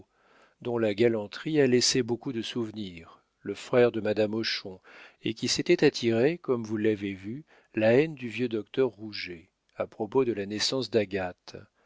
dont la galanterie a laissé beaucoup de souvenirs le frère de madame hochon et qui s'était attiré comme vous l'avez vu la haine du vieux docteur rouget à propos de la naissance d'agathe